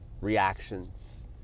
reactions